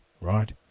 right